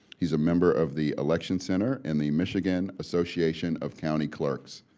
he's a member of the election center and the michigan association of county clerks.